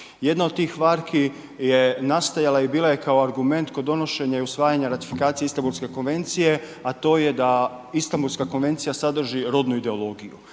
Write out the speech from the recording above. Jedna od tih varki je nastajala i bila je kao argument kod donošenja i usvajanja ratifikacije Istanbulske konvencije a to je da Istanbulska konvencija sadrži rodnu ideologiju.